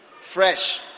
fresh